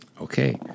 Okay